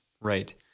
Right